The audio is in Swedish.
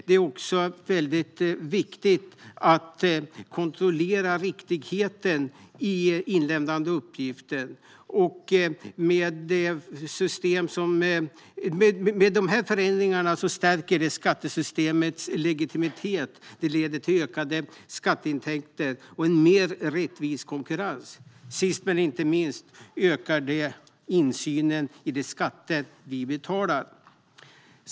Det är också viktigt att kontrollera riktigheten i inlämnade uppgifter. Dessa förändringar stärker skattesystemets legitimitet. Det leder till ökade skatteintäkter och en mer rättvis konkurrens. Sist men inte minst ökar det insynen i de skatter vi betalar.